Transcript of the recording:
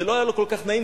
וזה לא היה לו כל כך נעים,